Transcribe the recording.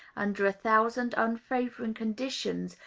under a thousand unfavoring conditions,